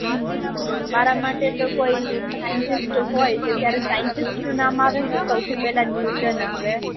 હમ મારા માટે તો કોઈ સાઈન્ટિસ્ટ હોય કે જ્યારે સાઈન્ટિસ્ટનું નામ આવે તો સૌથી પેલા ન્યૂટન આવે